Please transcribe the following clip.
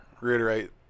reiterate